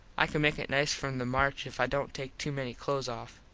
i can make it nice from the march if i dont take too many close off.